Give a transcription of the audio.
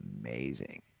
amazing